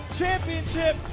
championship